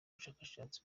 ubushakashatsi